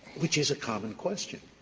which is a common question,